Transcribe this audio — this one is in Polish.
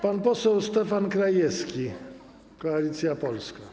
Pan poseł Stefan Krajewski, Koalicja Polska.